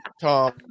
Tom